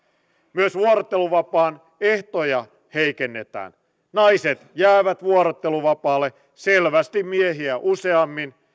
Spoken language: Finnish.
myös vuorotteluvapaan ehtoja heikennetään naiset jäävät vuorotteluvapaalle selvästi miehiä useammin